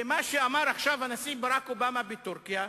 ומה שאמר עכשיו הנשיא ברק אובמה בטורקיה,